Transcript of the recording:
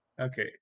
Okay